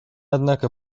однако